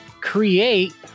create